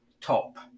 top